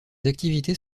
activités